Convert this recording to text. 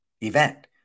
event